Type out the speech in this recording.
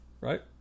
Right